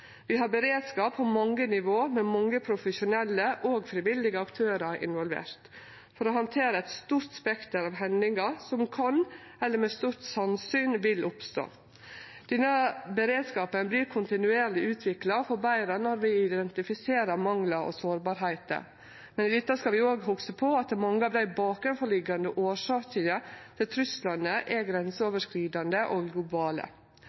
vi til kvar tid står i. Vi har beredskap på mange nivå, med mange profesjonelle og frivillige aktørar involverte, for å handtere eit stort spekter av hendingar som kan eller med stort sannsyn vil oppstå. Denne beredskapen vert kontinuerleg utvikla og forbetra når vi identifiserer manglar og sårbarheiter, men i dette skal vi òg hugse på at mange av årsakene som ligg bak truslane, er